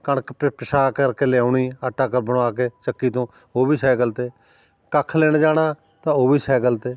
ਕਣਕ ਪ ਪਸ਼ਾਅ ਕਰਕੇ ਲਿਆਉਣੀ ਆਟਾ ਕ ਬਣਾ ਕੇ ਚੱਕੀ ਤੋਂ ਉਹ ਵੀ ਸਾਈਕਲ 'ਤੇ ਕੱਖ ਲੈਣ ਜਾਣਾ ਤਾਂ ਉਹ ਵੀ ਸਾਈਕਲ 'ਤੇ